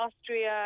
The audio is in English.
Austria